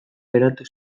geratu